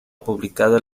publicado